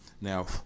Now